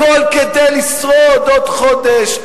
הכול כדי לשרוד עוד חודש,